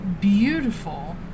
beautiful